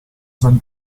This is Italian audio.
san